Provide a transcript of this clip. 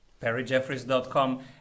Perryjeffries.com